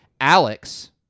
Alex